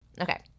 Okay